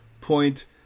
point